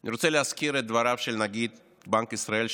אני רוצה להזכיר את דבריו של נגיד בנק ישראל,